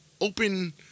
open